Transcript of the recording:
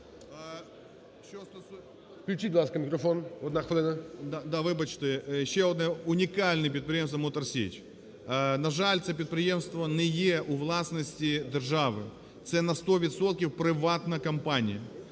Ще одне унікальне підприємство – "Мотор Січ". На жаль, це підприємство не є у власності держави. Це на 100 відсотків приватна компанія.